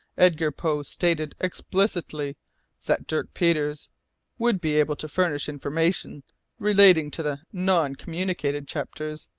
edgar poe stated explicitly that dirk peters would be able to furnish information relating to the non-communicated chapters,